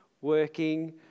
working